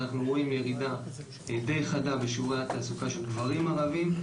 אנחנו רואים ירידה דיי חדה בשיעורי התעסוקה של גברים ערבים,